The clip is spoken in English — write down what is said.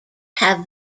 have